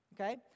Okay